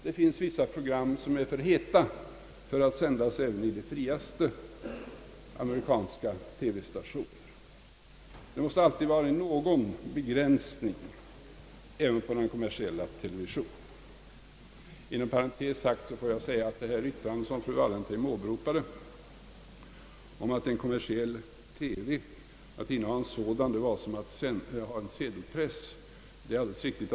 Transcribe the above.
Det finns vissa program som är för heta för att sändas även i de mest fria amerikanska TV-stationer. Det måste alltid vara någon begränsning även på den kommersiella televisionen. Inom parentes vill jag säga att det yttrande som fru Wallentheim åberopade om att ett innehav av kommersiell TV var som att ha en sedelpress är alldeles riktigt.